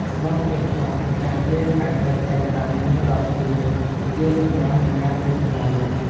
នៅផ្ទះខ្លះ ម្ចាស់ផ្ទះអាចដើរចេញតាមភ្ញៀវដល់ទ្វារ ជាសញ្ញានៃការជូនផ្លូវ។